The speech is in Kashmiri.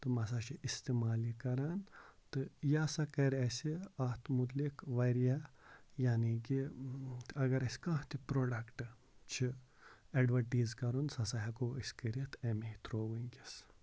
تِم ہَسا چھِ استعمال یہِ کَران تہٕ یہِ ہَسا کَرِ اَسہِ اَتھ متعلق واریاہ یعنے کہِ اگر اَسہِ کانٛہہ تہِ پرٛوڈَکٹہٕ چھِ اٮ۪ڈوَٹیٖز کَرُن سُہ ہَسا ہٮ۪کو أسۍ کٔرِتھ اَمے تھرٛوٗ وٕنکٮ۪س